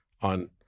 on